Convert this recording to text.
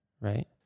right